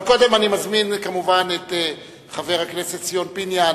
קודם אני מזמין כמובן את חבר הכנסת ציון פיניאן,